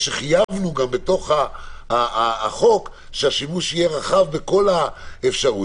שחייבנו גם בתוך החוק שהשימוש יהיה רחב בכל האפשרויות,